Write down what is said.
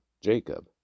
Jacob